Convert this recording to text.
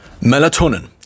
melatonin